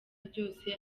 ryose